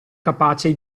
capace